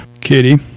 Kitty